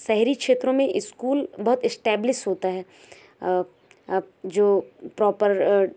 शहरी क्षेत्रों में स्कूल बहुत स्टेबलिश होता है जो प्रॉपर